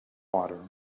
water